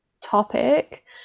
topic